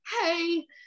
hey